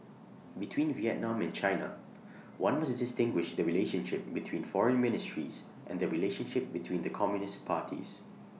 between Vietnam and China one must distinguish the relationship between foreign ministries and the relationship between the communist parties